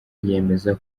yemeza